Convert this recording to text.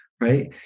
Right